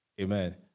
Amen